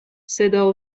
صدا